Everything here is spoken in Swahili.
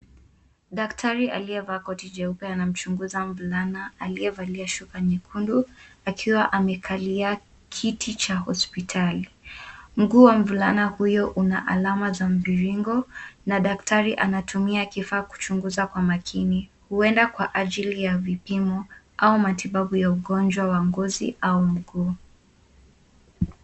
Daktari aliyevaa koti jeupe anamchunguza mvulana aliyevalia shuka nyekundu akiwa amekalia kiti cha hospitali, mguu wa mvulana huyo una alama za mviringo na daktari anatumia kifaa kuchunguza kwa makini huenda kwa ajili ya vipimo au matibabu ya ugonjwa wa ngozi au mguu.